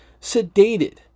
sedated